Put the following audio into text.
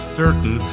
certain